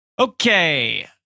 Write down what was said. Okay